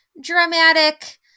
dramatic